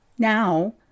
Now